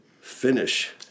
finish